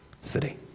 city